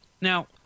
Now